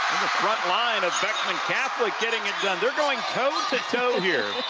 front line of beckman catholic getting it done they're going toe to toe here.